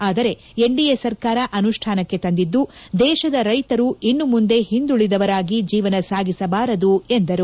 ಆದರೆ ಎನ್ಡಿಎ ಸರ್ಕಾರ ಅನುಷ್ಠಾನಕ್ಕೆ ತಂದಿದ್ದು ದೇಶದ ರೈತರು ಇನ್ನು ಮುಂದೆ ಹಿಂದುಳಿದವರಾಗಿ ಜೀವನ ಸಾಗಿಸಬಾರದು ಎಂದರು